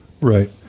right